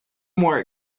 more